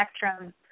spectrum